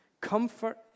Comfort